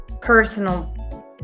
personal